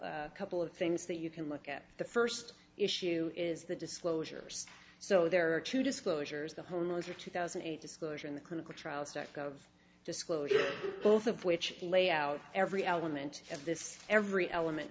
couple couple of things that you can look at the first issue is the disclosures so there are two disclosures the hormones are two thousand and eight disclosure in the clinical trials act of disclosure both of which lay out every element of this every element